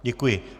Děkuji.